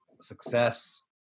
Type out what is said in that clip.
success